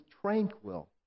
tranquil